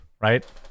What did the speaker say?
right